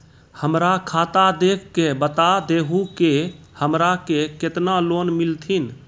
हमरा खाता देख के बता देहु के हमरा के केतना लोन मिलथिन?